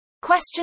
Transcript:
Question